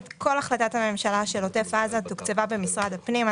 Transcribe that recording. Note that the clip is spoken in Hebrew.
כל החלטת ממשלה של עוטף עזה תוקצבה במשרד הפנים.